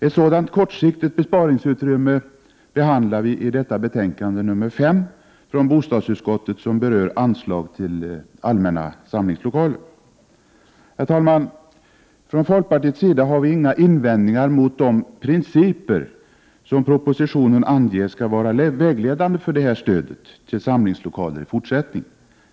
Ett sådant kortsiktigt besparingsutrymme behandlar vi i detta betänkande nr 5 från bostadsutskottet, som berör anslag till allmänna samlingslokaler. Herr talman! Från folkpartiets sida har vi inga invändningar mot de principer som propositionen anger skall vara vägledande för stödet till samlingslokaler i fortsättningen.